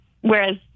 whereas